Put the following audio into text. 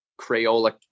Crayola